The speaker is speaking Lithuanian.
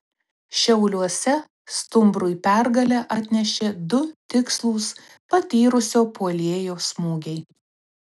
šiauliuose stumbrui pergalę atnešė du tikslūs patyrusio puolėjo smūgiai